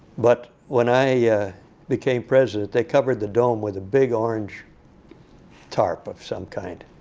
but when i yeah became president, they covered the dome with a big orange tarp of some kind.